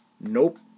Nope